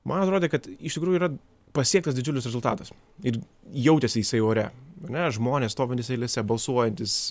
man atrodė kad iš tikrųjų yra pasiektas didžiulis rezultatas ir jautėsi jisai ore ar ne žmonės stovintys eilėse balsuojantys